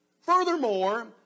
Furthermore